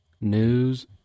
news